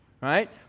right